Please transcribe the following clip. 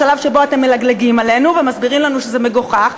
בשלב שבו אתם מלגלגים עלינו ומסבירים לנו שזה מגוחך,